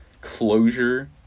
closure